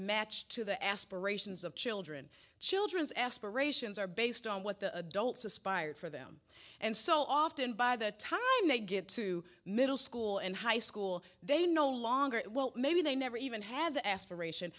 match to the aspirations of children children's aspirations are based on what the adults aspired for them and so often by the time they get to middle school and high school they no longer maybe they never even had the aspiration